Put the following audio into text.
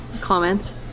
comments